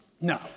no